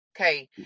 okay